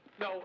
No